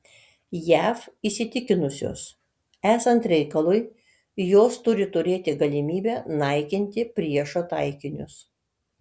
jav įsitikinusios esant reikalui jos turi turėti galimybę naikinti priešo taikinius